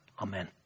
amen